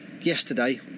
yesterday